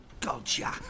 Gotcha